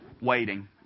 waiting